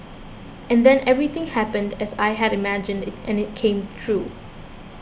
and then everything happened as I had imagined it and it came true